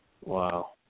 Wow